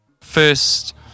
first